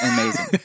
amazing